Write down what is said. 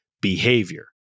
behavior